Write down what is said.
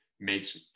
makes